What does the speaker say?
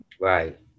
right